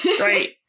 right